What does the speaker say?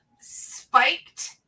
spiked